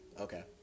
Okay